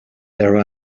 there